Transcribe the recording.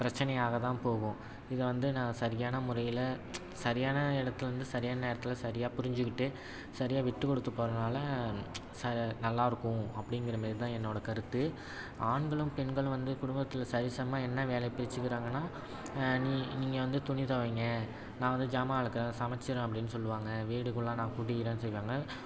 பிரச்சினையாக தான் போகும் இது வந்து நான் சரியான முறையில் சரியான இடத்துலந்து சரியான நேரத்தில் சரியாக புரிஞ்சுக்கிட்டு சரியாக விட்டுக்கொடுத்து போகிறனால ச நல்லாயிருக்கும் அப்படிங்கிற மாரி தான் என்னோடய கருத்து ஆண்களும் பெண்களும் வந்து குடும்பத்தில் சரிசமமாக என்ன வேலை பிரிச்சுக்கிறாங்கன்னா நீ நீங்கள் வந்து துணி துவைங்க நான் வந்து சாமான் விளக்கறேன் சமைச்சிர்றேன் அப்படின்னு சொல்லுவாங்க வீடுக்குள்ளாரன் நான் கூட்டிக்கிறேன்னு செய்வாங்க